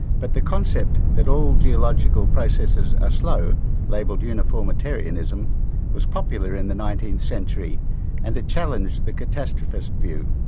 but the concept that all geological processes are slow labelled uniformitarianism was popular in the nineteenth century and it challenged the catastrophist's view.